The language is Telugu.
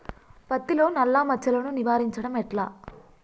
పత్తిలో నల్లా మచ్చలను నివారించడం ఎట్లా?